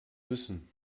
wissen